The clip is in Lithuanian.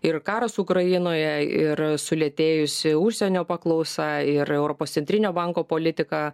ir karas ukrainoje ir sulėtėjusi užsienio paklausa ir europos centrinio banko politika